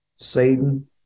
Satan